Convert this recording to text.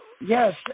yes